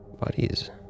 Buddies